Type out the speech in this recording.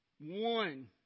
One